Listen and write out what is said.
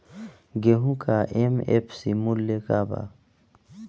गेहू का एम.एफ.सी मूल्य का बा?